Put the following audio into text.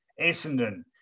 Essendon